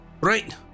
Right